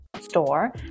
store